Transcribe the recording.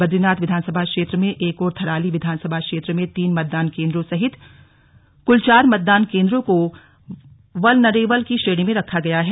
बद्रीनाथ विधानसभा क्षेत्र में एक और थराली विधानसभा क्षेत्र में तीन मतदान केन्द्रों सहित कुल चार मतदान केन्द्रों को वलनरेवल की श्रेणी में रखा गया है